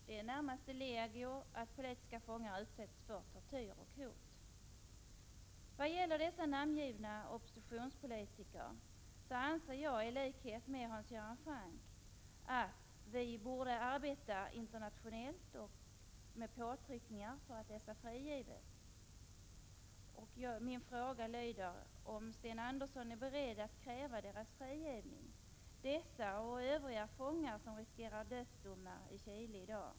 Det är närmast legio att politiska fångar utsätts för tortyr och hot. Vad gäller de namngivna oppositionspolitikerna anser jag, i likhet med Hans Göran Franck, att vi borde arbeta internationellt med påtryckningar för att få dem frigivna. Min fråga är om Sten Andersson är beredd att kräva frigivning av dessa fångar och övriga fångar som riskerar dödsdomar i Chile i dag.